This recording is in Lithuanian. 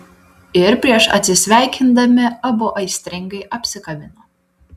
ir prieš atsisveikindami abu aistringai apsikabina